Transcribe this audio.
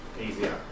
Easier